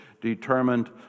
determined